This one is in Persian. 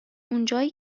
اونجایی